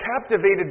captivated